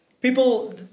people